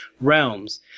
realms